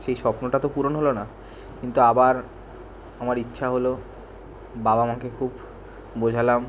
সেই স্বপ্নটা তো পূরণ হল না কিন্তু আবার আমার ইচ্ছা হল বাবা মাকে খুব বোঝালাম